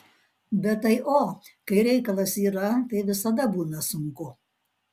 bet tai o kai reikalas yra tai visada būna sunku